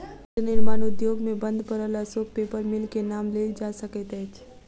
कागज निर्माण उद्योग मे बंद पड़ल अशोक पेपर मिल के नाम लेल जा सकैत अछि